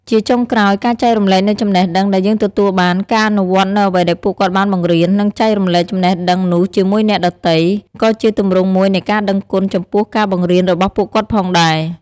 ជាចុងក្រោយ ការចែករំលែកនូវចំណេះដឹងដែលយើងទទួលបាន ការអនុវត្តនូវអ្វីដែលពួកគាត់បានបង្រៀន និងចែករំលែកចំណេះដឹងនោះជាមួយអ្នកដទៃ ក៏ជាទម្រង់មួយនៃការដឹងគុណចំពោះការបង្រៀនរបស់ពួកគាត់ផងដែរ។